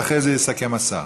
ואחרי זה יסכם השר.